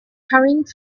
hurrying